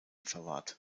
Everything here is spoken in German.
verwahrt